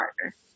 partner